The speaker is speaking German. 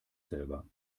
selber